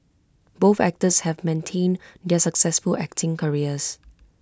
both actors have maintained their successful acting careers